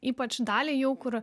ypač dalį jų kur